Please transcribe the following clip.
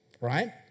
right